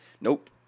Nope